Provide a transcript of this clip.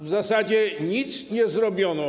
W zasadzie nic nie zrobiono.